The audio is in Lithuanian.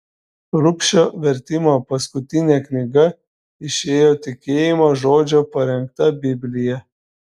rubšio vertimo paskutinė knyga išėjo tikėjimo žodžio parengta biblija